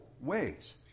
ways